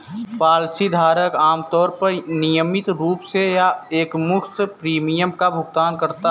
policy धारक आमतौर पर नियमित रूप से या एकमुश्त प्रीमियम का भुगतान करता है